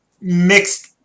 mixed